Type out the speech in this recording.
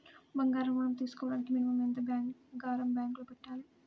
బంగారం ఋణం తీసుకోవడానికి మినిమం ఎంత బంగారం బ్యాంకులో పెట్టాలి?